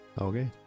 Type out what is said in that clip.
Okay